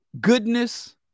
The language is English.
goodness